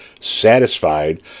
satisfied